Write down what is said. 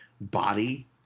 body